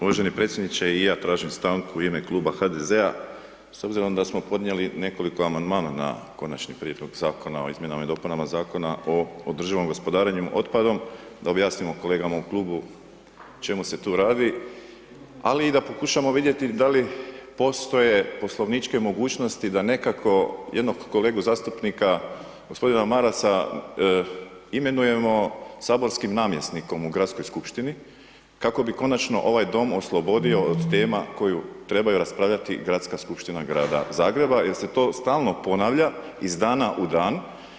Uvaženi predsjedniče i ja tražim stanku u ime Kluba HDZ-a s obzirom da smo podnijeli nekoliko amandmana na Konačni prijedlog Zakona o izmjenama i dopunama Zakona o održivom gospodarenjem otpadom, da objasnimo kolegama u klubu o čemu se tu radi, ali i da pokušamo vidjeti da li postoje poslovničke mogućnosti, da nekako, jednog kolegu zastupnika, g. Marasa imenujemo saborskim namjesnikom u gradskoj skupštini, kako bi konačno ovaj Dom oslobodio od tema koju trebaju raspravljati gradska skupština Grada Zagreba, jer se to stalno ponavlja iz dana u dan.